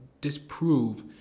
disprove